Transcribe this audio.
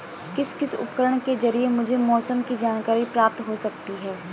किस किस उपकरण के ज़रिए मुझे मौसम की जानकारी प्राप्त हो सकती है?